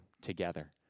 together